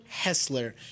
Hessler